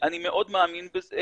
אני מאוד מאמין בזה,